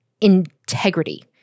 integrity